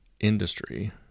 industry